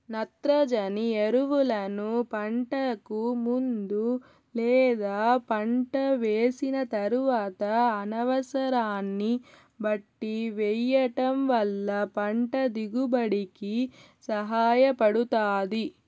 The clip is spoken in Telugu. నత్రజని ఎరువులను పంటకు ముందు లేదా పంట వేసిన తరువాత అనసరాన్ని బట్టి వెయ్యటం వల్ల పంట దిగుబడి కి సహాయపడుతాది